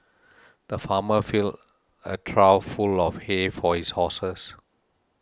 the farmer filled a trough full of hay for his horses